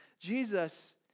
Jesus